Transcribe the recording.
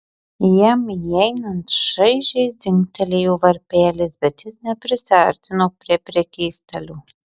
jam įeinant šaižiai dzingtelėjo varpelis bet jis neprisiartino prie prekystalio